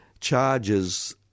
charges